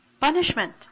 Punishment